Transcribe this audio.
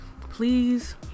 please